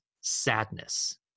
sadness